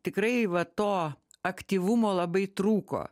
tikrai va to aktyvumo labai trūko